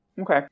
Okay